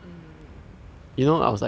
um ya